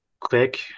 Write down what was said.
click